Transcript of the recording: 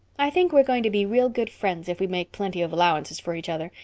i think we're going to be real good friends if we make plenty of allowances for each other,